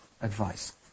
advice